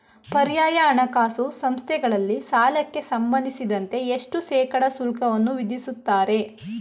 ಪರ್ಯಾಯ ಹಣಕಾಸು ಸಂಸ್ಥೆಗಳಲ್ಲಿ ಸಾಲಕ್ಕೆ ಸಂಬಂಧಿಸಿದಂತೆ ಎಷ್ಟು ಶೇಕಡಾ ಶುಲ್ಕವನ್ನು ವಿಧಿಸುತ್ತಾರೆ?